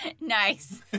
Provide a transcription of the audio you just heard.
Nice